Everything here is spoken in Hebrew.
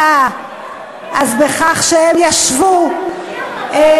אם לא ביציאה אז בכך שהם ישבו במקומם.